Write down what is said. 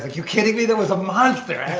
you kidding me? there was a monster